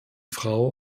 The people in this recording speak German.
frau